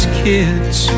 kids